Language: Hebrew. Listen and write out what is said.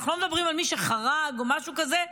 אנחנו לא מדברים על מי שחרג או משהו כזה,